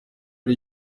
ari